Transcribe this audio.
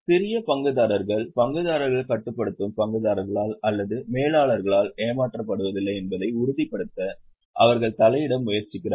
சிறிய பங்குதாரர்கள் பங்குதாரர்கள் கட்டுப்படுத்தும் பங்குதாரர்களால் அல்லது மேலாளர்களால் ஏமாற்றப்படுவதில்லை என்பதை உறுதிப்படுத்த அவர்கள் தலையிட முயற்சிக்கிறார்கள்